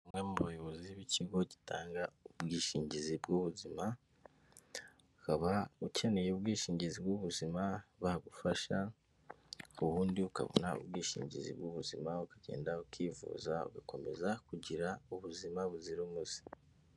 Umwe mu bayobozi b'ikigo gitanga ubwishingizi bw'ubuzima ukaba ukeneye ubwishingizi bw'ubuzima bagufasha ubundi ukabona ubwishingizi bw'ubuzima ukagenda ukivuza ugakomeza kugira ubuzima buzira umuze.